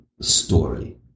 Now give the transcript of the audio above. story